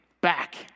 back